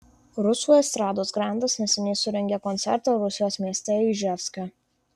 rusų estrados grandas neseniai surengė koncertą rusijos mieste iževske